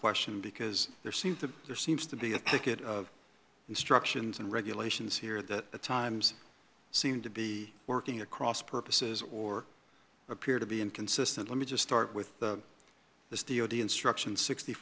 question because there seem to there seems to be a thicket of instructions and regulations here that times seem to be working across purposes or appear to be inconsistent let me just start with this d o d instruction six